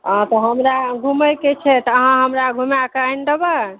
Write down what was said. हँ तऽ हमरा घुमै के छै तऽ अहाँ हमरा घुमाके आनि देबै